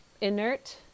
inert